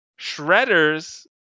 Shredders